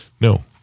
No